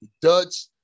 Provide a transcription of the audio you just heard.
Dutch